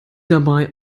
dabei